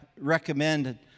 recommend